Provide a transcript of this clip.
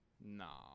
No